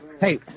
Hey